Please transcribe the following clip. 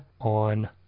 on